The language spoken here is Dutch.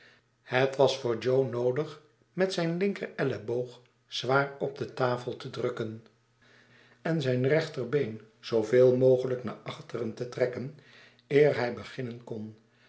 het was voor jo noodig met zijn linkerelleboog zwaar op de tafel te drukken en zijn rechterbeen zooveel mogelijk naar achteren te trekken eer hij beginnen kon